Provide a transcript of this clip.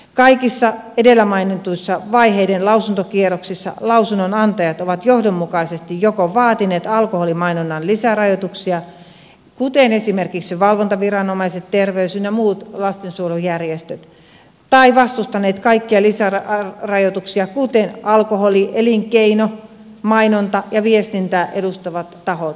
kaikissa edellä mainituissa vaiheiden lausuntokierroksissa lausunnonantajat ovat johdonmukaisesti joko vaatineet alkoholimainonnan lisärajoituksia kuten esimerkiksi valvontaviranomaiset terveys ynnä muut lastensuojelujärjestöt tai vastustaneet kaikkia lisärajoituksia kuten alkoholielinkeinoa mainontaa ja viestintää edustavat tahot